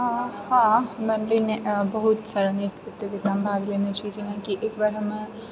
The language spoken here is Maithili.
हँ मने बहुत सारा नृत्य प्रतियोगितामे भाग लेने छी जेनाकि एकबेर हम